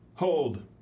Hold